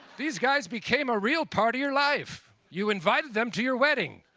these guys became a real part of your life. you invited them to your wedding.